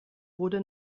wurde